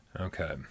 Okay